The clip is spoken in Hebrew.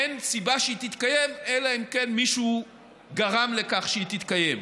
אין סיבה שהיא תתקיים אלא אם כן מישהו גרם לכך שהיא תתקיים.